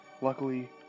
luckily